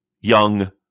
Young